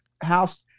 house